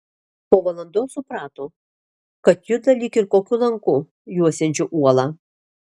po valandos suprato kad juda lyg ir kokiu lanku juosiančiu uolą